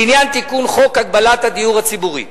לעניין תיקון חוק הדיור הציבורי,